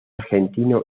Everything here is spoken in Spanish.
argentino